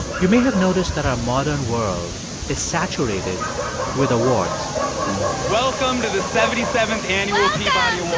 you may have noticed that our modern world is saturated with awards welcome to the seventy seventh annual peabody and